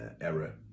error